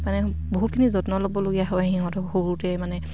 মানে বহুতখিনি যত্ন ল'বলগীয়া হয় সিহঁতক সৰুতে মানে